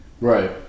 Right